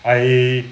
I